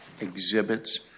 exhibits